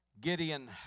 Gideon